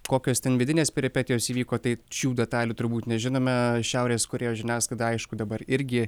kokios ten vidinės peripetijos įvyko tai šių detalių turbūt nežinome šiaurės korėjos žiniasklaida aišku dabar irgi